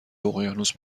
اقیانوس